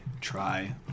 try